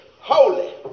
holy